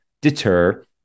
deter